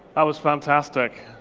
that was fantastic.